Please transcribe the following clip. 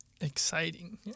Exciting